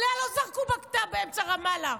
עליה לא זרקו בקת"ב באמצע רמאללה,